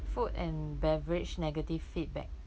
food and beverage negative feedback